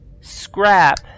Scrap